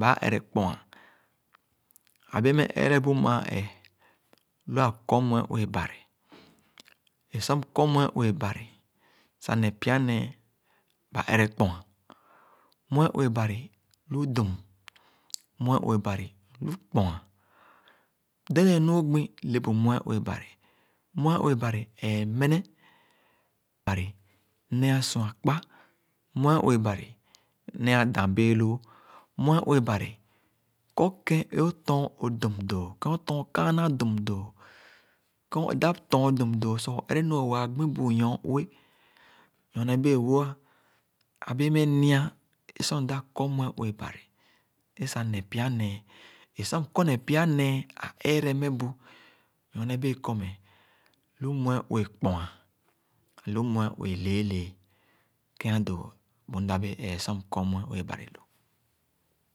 baa ere-kpoa. Ã bee meh erebu mãã ẽẽ loo akɔr mue-ue Bari. Ẽ sor mkɔr mue-ue Bari sah neh pyanee, ba ere-kpoa mue-ue Bari lu-dum; mue-ue Bari lu-kpoa. Dēn dẽn nuo-gbi le-bu mue-ue Bari. Mue-ue Bari ẽẽ mene, mue-ue Bari ne-asuakpa, mue-ue Bari ne-a dãbee-loo. Mue-ue Bari kɔr kén o-tɔn o-dum doo, kén o-tɔn kaana dum doo; kèn o-dap tɔn dum dõõ sah õ-ereme õ-waa gbi bu-nyor-ue. Nyone bẽẽ-wo, ã bẽẽ meh m̃a sor mda kɔr mue-ue Bari ẽ sah neh pyanẽẽ. Ẽ sor mkɔrne pya-nee, ã-eere meh bu nyone bẽẽ kɔr me ãlu mue-ue kpoã, lu-mue-ue lééléé. Ke-adoo bu-mda bẽẽ éé sor mkɔr mue-ue Bari.